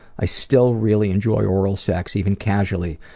i still really enjoy oral sex even casually,